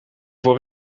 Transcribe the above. voor